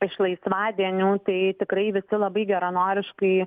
iš laisvadienių tai tikrai visi labai geranoriškai